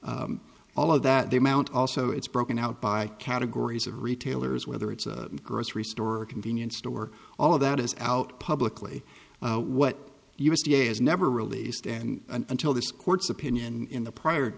all of that the amount also it's broken out by categories of retailers whether it's a grocery store a convenience store all of that is out publicly what u s d a has never released and until this court's opinion in the prior